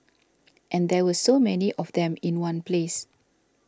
and there were so many of them in one place